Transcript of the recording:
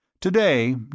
Today